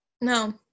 No